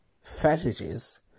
fetishes